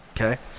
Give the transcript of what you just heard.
okay